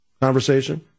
conversation